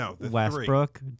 Westbrook